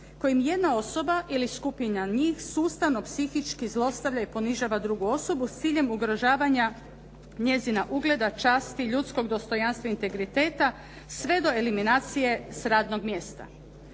kojim jedna osoba ili skupina njih sustavno, psihički zlostavlja i ponižava drugu osobu s ciljem ugrožavanja njezina ugleda, časti, ljudskog dostojanstva i integriteta sve do eliminacije s radnog mjesta.